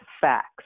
facts